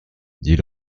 dit